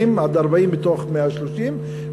20 40 מתוך 130,000,